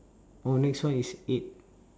oh next one is eight